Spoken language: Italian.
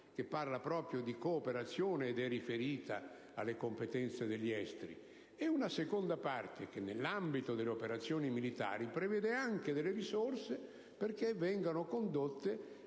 che parla proprio di cooperazione ed è riferita alle competenze degli affari esteri, e in una seconda parte che, nell'ambito delle operazioni militari, prevede anche delle risorse per consentire